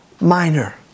Minor